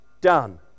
done